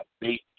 beat